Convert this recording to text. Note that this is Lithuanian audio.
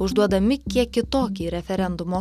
užduodami kiek kitokį referendumo